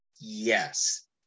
yes